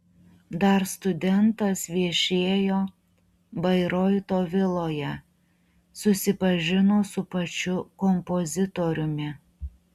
dar studentas viešėjo bairoito viloje susipažino su pačiu kompozitoriumi